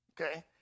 Okay